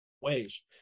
ways